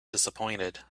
disappointed